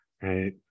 Right